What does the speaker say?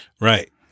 Right